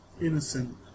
Innocent